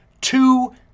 two